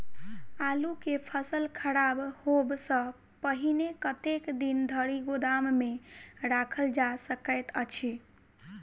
आलु केँ फसल खराब होब सऽ पहिने कतेक दिन धरि गोदाम मे राखल जा सकैत अछि?